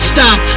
Stop